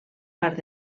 part